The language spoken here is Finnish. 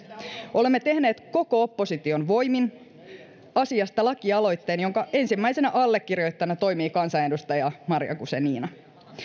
olemme tehneet koko opposition voimin asiasta lakialoitteen jonka ensimmäisenä allekirjoittajana toimii kansanedustaja maria guzenina